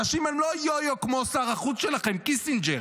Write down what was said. אנשים הם לא יו-יו כמו שר החוץ שלכם, קיסינג'ר.